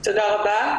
תודה רבה.